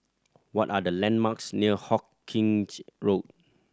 what are the landmarks near Hawkinge Road